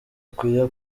akwiye